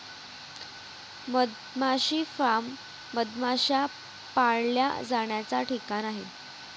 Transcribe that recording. मधमाशी फार्म मधमाश्या पाळल्या जाण्याचा ठिकाण आहे